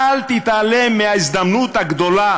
אל תתעלם מההזדמנות הגדולה